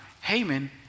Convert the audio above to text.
Haman